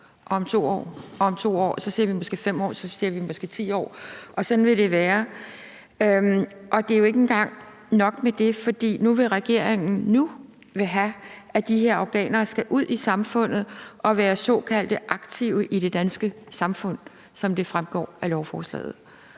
om 2 år siger vi måske 5 år, og så siger vi måske 10 år. Sådan vil det være. Det er jo ikke engang nok med det, for nu vil regeringen have, at de her afghanere skal ud i samfundet og være såkaldt aktive i det danske samfund, som det fremgår af lovforslaget.